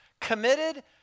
Committed